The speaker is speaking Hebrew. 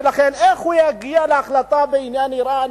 ולכן איך הוא יגיע להחלטה בעניין אירן,